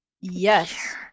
Yes